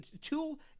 tool